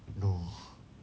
no